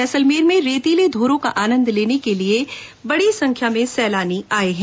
जैसलमेर में रेतीले धोरों का आनन्द लेने के लिए बड़ी संख्या में सैलानी आये हैं